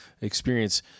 experience